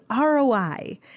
ROI